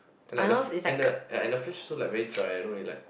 and like the and the and the flesh also like very dry I don't really like